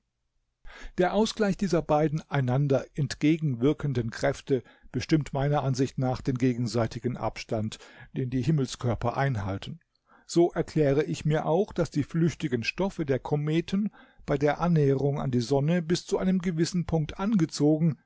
der ausgleich dieser beiden einander entgegenwirkenden kräfte bestimmt meiner ansicht nach den gegenseitigen abstand den die himmelskörper einhalten so erkläre ich mir auch daß die flüchtigen stoffe der kometen bei der annäherung an die sonne bis zu einem gewissen punkt angezogen